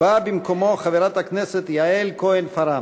באה במקומו חברת הכנסת יעל כהן-פארן.